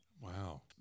Wow